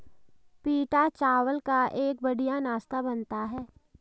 पीटा चावल का एक बढ़िया नाश्ता बनता है